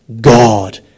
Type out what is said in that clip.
God